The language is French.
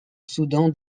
soudan